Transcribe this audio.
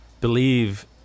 believe